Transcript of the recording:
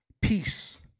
Peace